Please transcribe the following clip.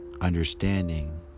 Understanding